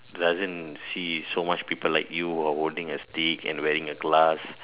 doesn't see so much people like you who are holding a stick and wearing a glass